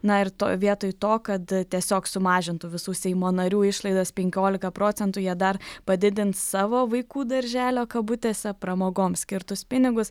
na ir to vietoj to kad tiesiog sumažintų visų seimo narių išlaidas penkiolika procentų jie dar padidins savo vaikų darželio kabutėse pramogoms skirtus pinigus